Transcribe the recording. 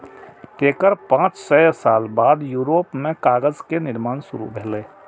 तेकर पांच सय साल बाद यूरोप मे कागज के निर्माण शुरू भेलै